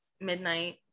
midnight